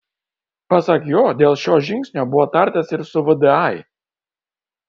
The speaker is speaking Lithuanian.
pasak jo dėl šio žingsnio buvo tartasi ir su vdai